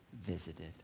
visited